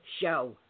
show